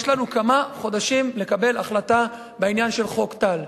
יש לנו כמה חודשים לקבל החלטה בעניין של חוק טל.